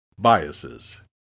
biases